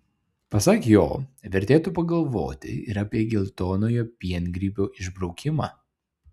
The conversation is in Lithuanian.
pasak jo vertėtų pagalvoti ir apie geltonojo piengrybio išbraukimą